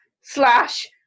slash